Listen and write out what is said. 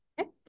Okay